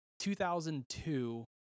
2002